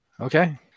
Okay